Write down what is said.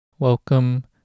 Welcome